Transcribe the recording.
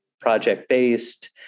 project-based